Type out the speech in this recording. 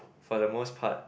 for the most part